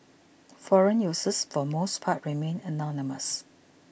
forum users for most parts remain anonymous